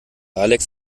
alex